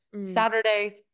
Saturday